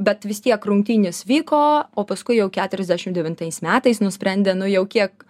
bet vis tiek rungtynės vyko o paskui jau keturiasdešim devintais metais nusprendė nu jau kiek